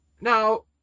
Now